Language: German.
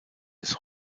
des